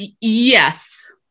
yes